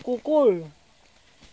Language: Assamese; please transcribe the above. কুকুৰ